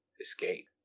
escape